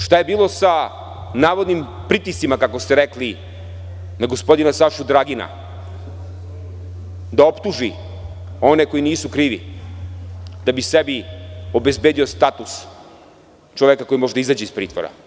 Šta je bilo sa navodnim pritiscima, kako ste rekli, na gospodina Sašu Dragina da optuži one koji nisu krivi, da bi sebi obezbedio status čoveka koji može da izađe iz pritvora?